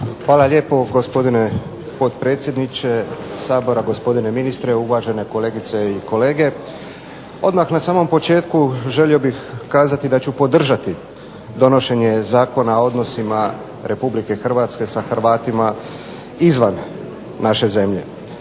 Hvala lijepo gospodine potpredsjedniče Sabora, gospodine ministre, uvažene kolegice i kolege. Odmah na samom početku želio bih kazati da ću podržati donošenje Zakona o odnosima Republike Hrvatske sa Hrvatima izvan naše zemlje.